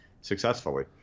successfully